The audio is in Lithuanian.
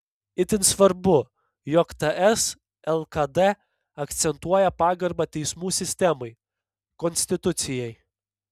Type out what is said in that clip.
itin svarbu jog ts lkd akcentuoja pagarbą teismų sistemai konstitucijai